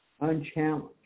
unchallenged